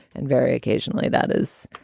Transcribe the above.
and very occasionally that is.